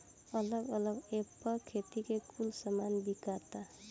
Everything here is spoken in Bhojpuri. अलग अलग ऐप पर खेती के कुल सामान बिकाता